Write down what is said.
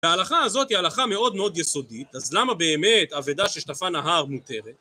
ההלכה הזאת היא הלכה מאוד מאוד יסודית, אז למה באמת אבדה של ששטפה נהר מותרת?